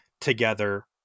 together